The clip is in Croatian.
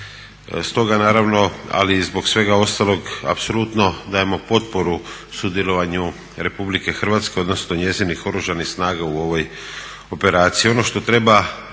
Stoga naravno, ali i zbog svega ostalog, apsolutno dajemo potporu sudjelovanju Republike Hrvatske odnosno njezinih Oružanih snaga u ovoj operaciji.